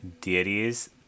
deities